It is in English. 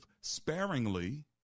sparingly